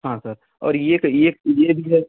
हाँ सर और ये का एक ये भी है